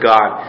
God